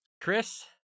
Chris